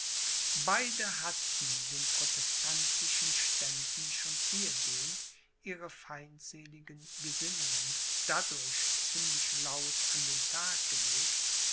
beide hatten den protestantischen ständen schon ehedem ihre feindseligen gesinnungen dadurch ziemlich laut an den tag gelegt